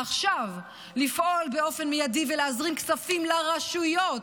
עכשיו, לפעול באופן מיידי ולהזרים כספים לרשויות,